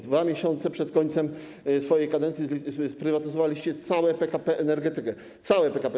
2 miesiące przed końcem swojej kadencji sprywatyzowaliście całe PKP Energetykę - całe PKP.